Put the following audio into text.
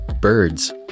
birds